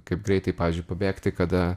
kaip greitai pavyzdžiui pabėgti kada